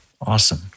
Awesome